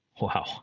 Wow